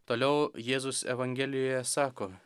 toliau jėzus evangelijoje sako